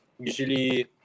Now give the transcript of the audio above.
usually